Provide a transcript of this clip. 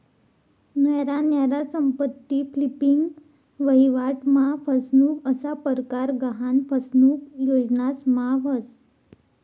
न्यारा न्यारा संपत्ती फ्लिपिंग, वहिवाट मा फसनुक असा परकार गहान फसनुक योजनास मा व्हस